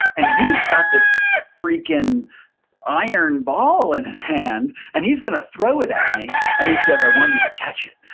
and he's got this freaking iron ball in his hand, and he's gonna throw it at me. and he says, i want you to catch it.